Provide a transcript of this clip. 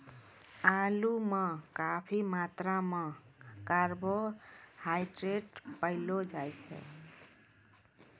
आलू म काफी मात्रा म कार्बोहाइड्रेट पयलो जाय छै